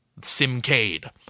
Simcade